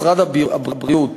משרד הבריאות